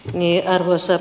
arvoisa puhemies